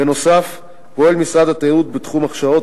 בנוסף פועל המשרד בתחום של הכשרות